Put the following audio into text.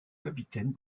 capitaine